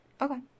Okay